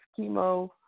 chemo